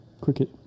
Cricket